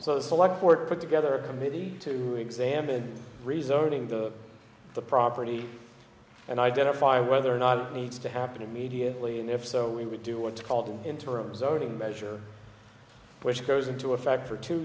so select court put together a committee to examine rezoning the the property and identify whether or not needs to happen immediately and if so we would do what's called an interim zoning measure which goes into effect for two